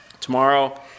Tomorrow